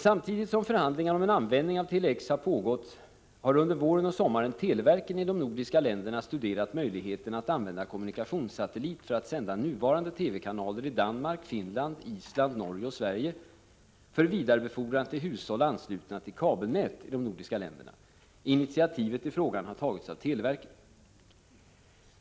Samtidigt som förhandlingarna om en användning av Tele-X har pågått har under våren och sommaren televerken i de nordiska länderna studerat möjligheterna att använda kommunikationssatellit för att sända nuvarande TV-kanaler i Danmark, Finland, Island, Norge och Sverige för vidarebefordran till hushåll anslutna till kabelnät i de nordiska länderna. Initiativet i frågan har tagits av televerken.